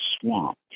swamp